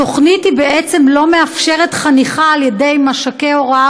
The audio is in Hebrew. התוכנית בעצם לא מאפשרת חניכה על-ידי מש"קי הוראה,